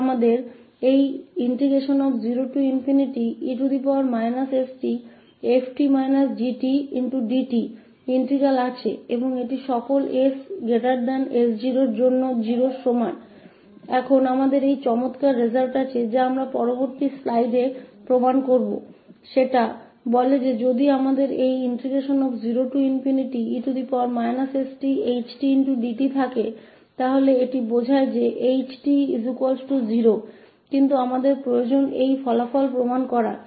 तो हमारे पास 0e st𝑓𝑡 − 𝑔𝑡𝑑t integral है और कहा कि सभी 𝑠 s0के लिए 0 के बराबर है अब इस के बाद हमारे पास एक अच्छा परिणाम है जो हम अगली स्लाइड मे साबित होगा जो कहता है कि अगर हमारे पास 0e sth𝑡𝑑t0 है तो ℎ 𝑡 0 यह संकेत मिलता है लेकिन हमको जरूरत इस परिणाम को साबित करने के लिए है